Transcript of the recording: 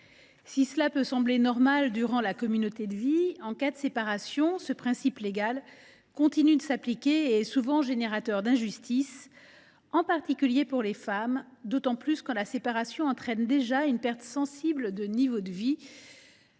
Si cela peut sembler normal durant la communauté de vie, en cas de séparation, ce principe légal continue de s’appliquer et est souvent source d’injustices, en particulier pour les femmes, d’autant plus quand la séparation entraîne déjà une perte sensible de niveau de vie.